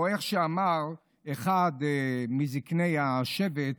איך אמר אחד מזקני השבט,